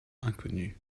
inconnu